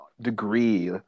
degree